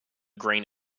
green